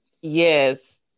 yes